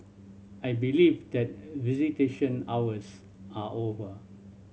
I believe that visitation hours are over